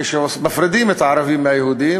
כשמפרידים את הערבים מהיהודים,